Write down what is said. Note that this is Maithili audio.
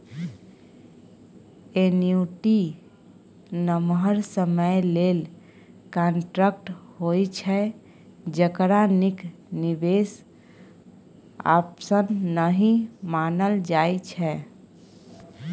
एन्युटी नमहर समय लेल कांट्रेक्ट होइ छै जकरा नीक निबेश आप्शन नहि मानल जाइ छै